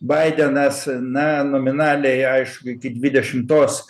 baidenas na nominaliai aišku iki dvidešimtos